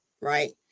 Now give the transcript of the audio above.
right